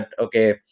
okay